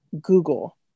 Google